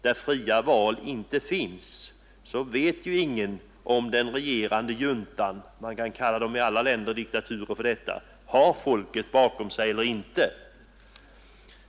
Där fria val inte finns vet ju ingen om den regerande juntan — i alla diktaturländer kan man tala om en sådan — har folket bakom sig eller inte.